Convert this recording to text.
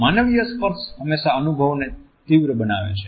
માનવીય સ્પર્શ હંમેશા અનુભવોને તીવ્ર બનાવે છે